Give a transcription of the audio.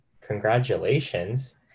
congratulations